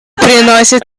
приносит